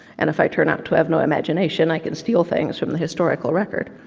and if i turn up to have no imagination, i can steal things from the historical record.